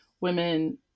women